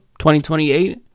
2028